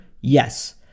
Yes